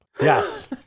Yes